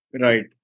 Right